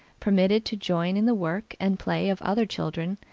permitted to join in the work and play of other children,